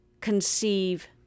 conceive